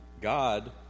God